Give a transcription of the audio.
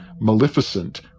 Maleficent